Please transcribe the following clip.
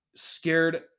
Scared